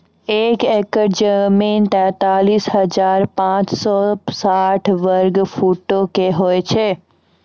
एक एकड़ जमीन, तैंतालीस हजार पांच सौ साठ वर्ग फुटो के होय छै